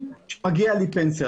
שמגיע לי פנסיה.